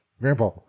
grandpa